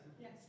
Yes